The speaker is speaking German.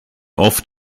oft